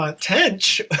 Tench